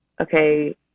okay